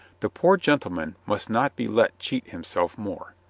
the poor gentleman must not be let cheat himself more.